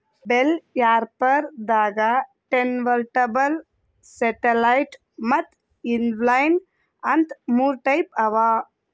bell wrapper ದಾಗಾ turntable satellite ಮತ್ತ್ inline ಅಂತ್ ಮೂರ್ ಟೈಪ್ ಅವಾ